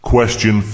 Question